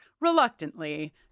reluctantly